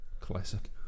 Classic